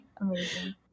Amazing